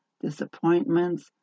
disappointments